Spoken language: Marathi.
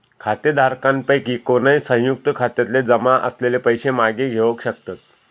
खातेधारकांपैकी कोणय, संयुक्त खात्यातले जमा असलेले पैशे मागे घेवक शकतत